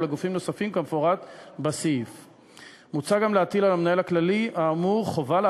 עליו לדווח על כך למנהל הכללי של משרד הרווחה והשירותים החברתיים,